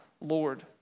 Lord